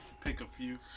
pick-a-few